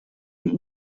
the